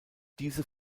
diese